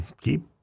keep